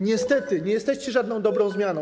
Niestety nie jesteście żadną dobrą zmianą.